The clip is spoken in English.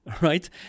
right